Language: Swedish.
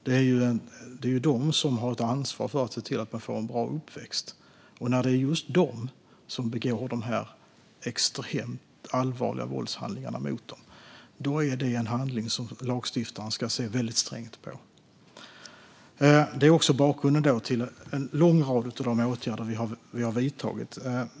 Dessa har ju ett ansvar för att se till att barnen får en bra uppväxt, och när det är just de som begår dessa extremt allvarliga brottshandlingar ska lagstiftaren se väldigt strängt på det. Det är också bakgrunden till en lång rad av de åtgärder vi har vidtagit.